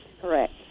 correct